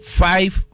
five